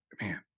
man